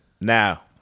now